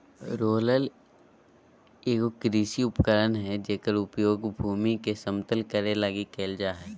roller एगो कृषि उपकरण हइ जेकर उपयोग भूमि के समतल करे लगी करल जा हइ